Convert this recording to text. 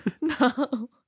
No